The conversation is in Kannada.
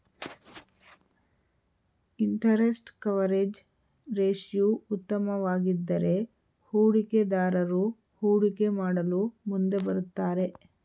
ಇಂಟರೆಸ್ಟ್ ಕವರೇಜ್ ರೇಶ್ಯೂ ಉತ್ತಮವಾಗಿದ್ದರೆ ಹೂಡಿಕೆದಾರರು ಹೂಡಿಕೆ ಮಾಡಲು ಮುಂದೆ ಬರುತ್ತಾರೆ